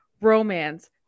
romance